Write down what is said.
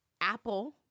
Apple